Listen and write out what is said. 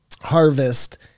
harvest